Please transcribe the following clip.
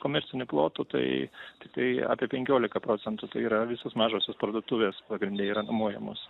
komercinių plotų tai tiktai apie penkiolika procentų tai yra visos mažosios parduotuvės pagrinde yra nuomojamos